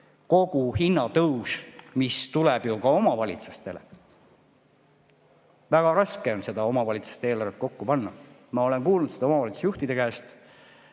kogu hinnatõus, mis tuleb ju ka omavalitsustel [katta]? Väga raske on omavalitsustel eelarvet kokku panna, ma olen kuulnud seda omavalitsusjuhtide käest.